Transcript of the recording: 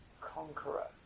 conqueror